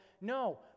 No